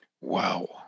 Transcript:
wow